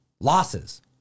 Losses